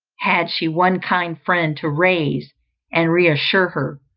had she one kind friend to raise and reassure her,